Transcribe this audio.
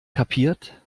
kapiert